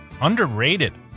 Underrated